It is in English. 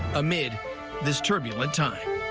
amid this turbulent time.